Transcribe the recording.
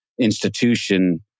institution